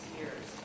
years